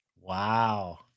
Wow